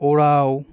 Oraon